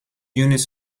units